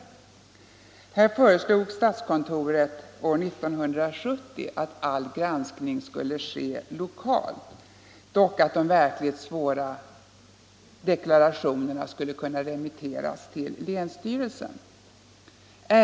Statskontoret föreslog år 1970 att all granskning skulle ske lokalt, dock att verkligt svåra deklarationer skulle kunna remitteras till länsstyrelsen.